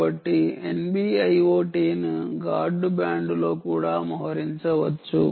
కాబట్టి NB IoT ను guard బ్యాండ్లో కూడా మోహరించవచ్చు